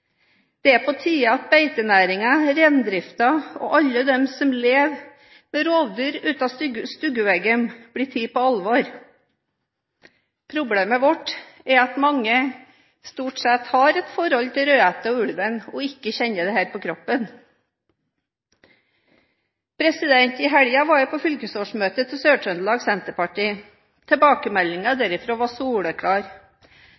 Det er på tide at beitenæringen, reindriften og alle de som lever med rovdyr utenfor stueveggen, blir tatt på alvor. Problemet vårt er at mange stort sett har et forhold til Rødhette og ulven og ikke kjenner dette på kroppen. I helgen var jeg på fylkesårsmøtet til